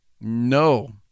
No